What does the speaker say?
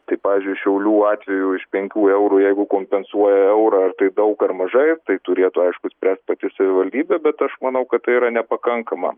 tai pavyzdžiui šiaulių atveju iš penkių eurų jeigu kompensuoja eurą ar tai daug ar mažai tai turėtų aišku spręst pati savivaldybė bet aš manau kad tai yra nepakankama